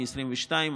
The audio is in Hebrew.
מ-2022,